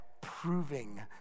proving